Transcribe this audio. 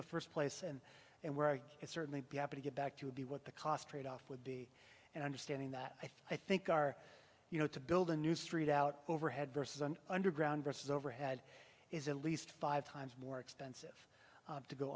the first place and and where it's certainly be happy to get back to be what the cost tradeoff would be and understanding that i think are you know to build a new street out overhead versus an underground versus overhead is at least five times more expensive to go